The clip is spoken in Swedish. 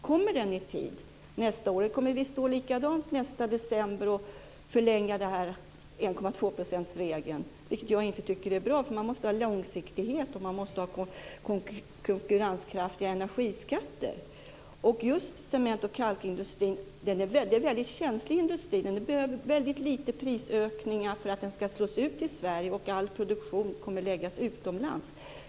Kommer den i tid nästa år, eller kommer vi att stå här på samma sätt i december nästa år och förlänga denna 1,2-procentsregel, vilket jag inte tycker är bra, eftersom man måste ha långsiktighet och konkurrenskraftiga energiskatter? Just cement och kalkindustrin är en väldigt känslig industri. Det behövs bara mycket små prisökningar för att den ska slås ut i Sverige och all produktion läggas utomlands.